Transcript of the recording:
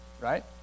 Right